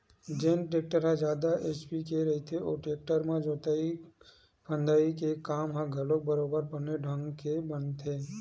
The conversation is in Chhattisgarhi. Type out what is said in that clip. जेन टेक्टर ह जादा एच.पी के रहिथे ओ टेक्टर म जोतई फंदई के काम ह घलोक बरोबर बने ढंग के बनथे